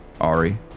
Ari